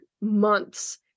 months